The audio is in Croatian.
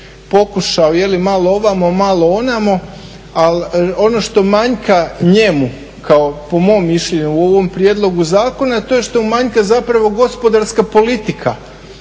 pokušao malo ovamo, malo onamo, a ono što manjka njemu po mom mišljenju u ovom prijedlogu zakona to je što mu manjka zapravo gospodarska politika.